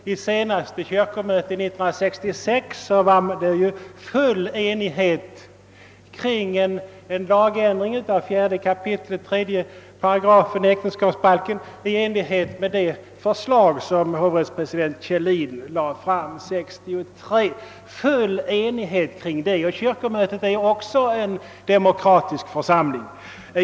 Vid det senaste kyrkomötet 1968 rådde full enighet om en lagändring av 4 kap. 3 8 äktenskapsbalken i enlighet med den PM i ämnet som hovrättspresidenten Kjellin lade fram 1963. Kyrkomötet är ju också en demokratisk församling.